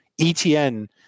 ETN